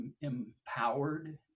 empowered